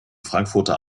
frankfurter